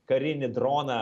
karinį droną